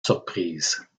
surprise